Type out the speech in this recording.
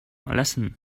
lesson